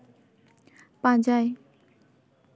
ᱯᱟᱸᱡᱟᱭ